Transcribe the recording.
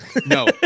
No